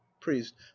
priest